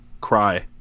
cry